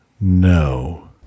no